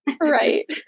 right